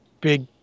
big